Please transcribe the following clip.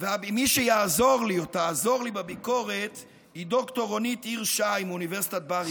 מי שתעזור לי בביקורת היא ד"ר רונית עיר-שי מאוניברסיטת בר-אילן.